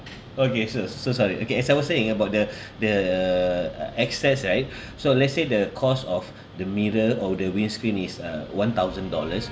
okay so so sorry okay as I was saying about the the uh excess right so let's say the cost of the mirror or the windscreen is uh one thousand dollars